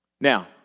Now